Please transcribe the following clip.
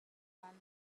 run